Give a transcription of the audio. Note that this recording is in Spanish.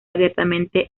abiertamente